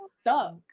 stuck